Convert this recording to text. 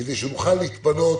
כדי שנוכל להתפנות